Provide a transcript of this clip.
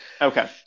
Okay